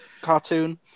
cartoon